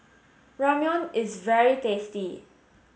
Ramyeon is very tasty